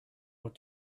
what